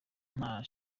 nta